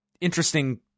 interesting